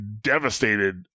devastated